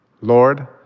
Lord